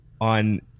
on